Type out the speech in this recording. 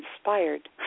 inspired